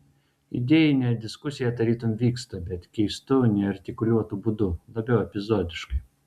idėjinė diskusija tarytum vyksta bet keistu neartikuliuotu būdu labiau epizodiškai